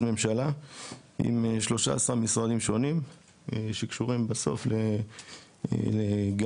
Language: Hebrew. ממשלה עם 13 משרדים שונים שקשורים בסוף גם